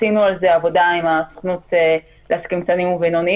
עשינו על זה עבודה עם הסוכנות לעסקים קטנים ובינוניים,